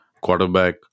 quarterback